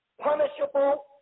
punishable